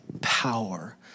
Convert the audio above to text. power